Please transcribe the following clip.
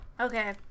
Okay